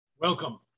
Welcome